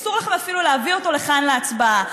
אסור לכם אפילו להביא אותו לכאן להצבעה.